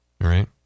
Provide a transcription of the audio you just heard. Right